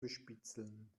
bespitzeln